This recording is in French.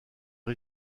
les